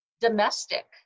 domestic